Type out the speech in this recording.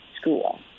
school